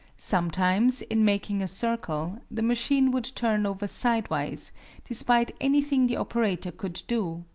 sometimes, in making a circle, the machine would turn over sidewise despite anything the operator could do,